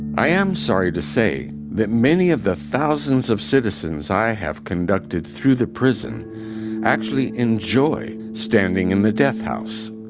i am sorry to say that many of the thousands of citizens i have conducted through the prison actually enjoy standing in the death house.